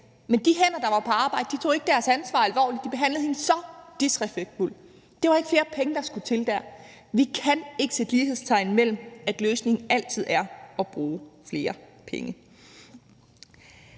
men de hænder, der var på arbejde, tog ikke deres ansvar alvorligt. De behandlede hende så disrespektfuldt. Det var ikke flere penge, der skulle til der. Vi kan ikke sætte lighedstegn mellem det, altså at løsningen altid er at bruge flere penge.